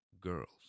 girls